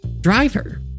driver